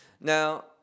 now